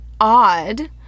odd